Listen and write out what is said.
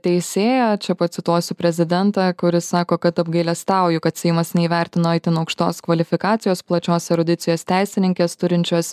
teisėja čia pacituosiu prezidentą kuris sako kad apgailestauju kad seimas neįvertino itin aukštos kvalifikacijos plačios erudicijos teisininkės turinčios